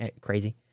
crazy